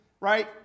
right